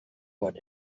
what